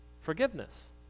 forgiveness